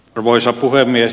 arvoisa puhemies